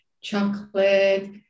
chocolate